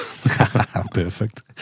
Perfect